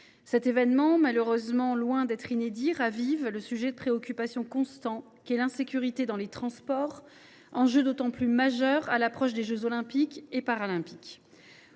Cet événement, malheureusement loin d’être inédit, ravive le sujet de préoccupation constant qu’est l’insécurité dans les transports, enjeu d’autant plus important à l’approche des jeux Olympiques et Paralympiques.